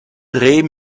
dreh